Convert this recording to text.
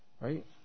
Right